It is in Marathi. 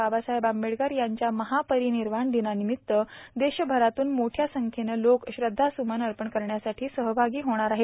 बाबासाहेब आंबेडकर यांच्या महापरिनिर्वान दिनानिमित्त देशभरातून मोठ्या संख्येनं लोक श्रद्धास्मन अर्पण करण्यासाठी सहभागी होणार आहेत